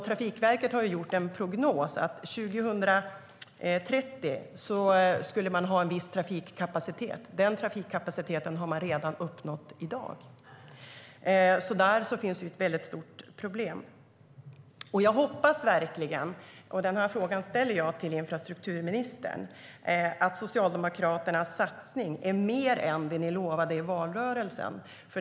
Trafikverket har gjort en prognos om att man 2030 skulle ha en viss trafikkapacitet. Den trafikkapaciteten har man uppnått redan i dag. Där finns det alltså ett väldigt stort problem. Jag hoppas verkligen - jag vänder mig till infrastrukturministern - att Socialdemokraternas satsning är mer än det ni lovade i valrörelsen.